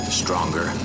stronger